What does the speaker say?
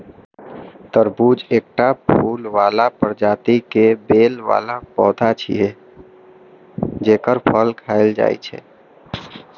तरबूज एकटा फूल बला प्रजाति के बेल बला पौधा छियै, जेकर फल खायल जाइ छै